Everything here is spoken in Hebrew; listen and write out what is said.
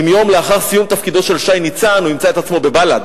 אם יום לאחר סיום תפקידו של שי ניצן הוא ימצא את עצמו בבל"ד,